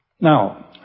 Now